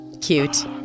Cute